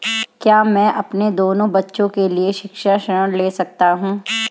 क्या मैं अपने दोनों बच्चों के लिए शिक्षा ऋण ले सकता हूँ?